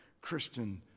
Christian